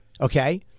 okay